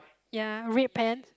ya red pants